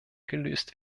gelöst